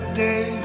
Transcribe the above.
day